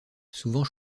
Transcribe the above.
souvent